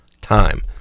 time